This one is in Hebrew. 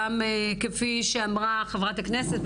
גם כפי שאמרה חברת הכנסת,